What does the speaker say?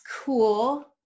cool